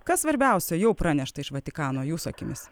kas svarbiausia jau pranešta iš vatikano jūsų akimis